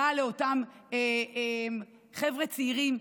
רע לאותם חבר'ה צעירים,